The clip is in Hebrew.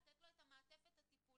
לתת לו את המעטפת הטיפולית,